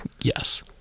yes